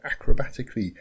acrobatically